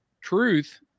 truth